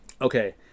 Okay